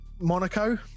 Monaco